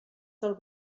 del